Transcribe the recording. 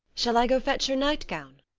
shall i go fetch your night-gown?